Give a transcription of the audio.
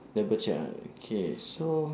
double check ah okay so